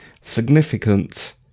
significant